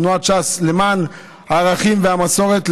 תנועת ש"ס למען הערכים והמסורת,